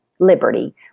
Liberty